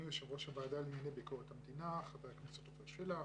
יושב ראש הוועדה לענייני ביקורת המדינה חבר הכנסת עפר שלח,